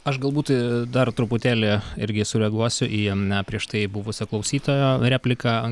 aš galbūt dar truputėlį irgi sureaguosiu į prieš tai buvusią klausytojo repliką